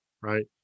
Right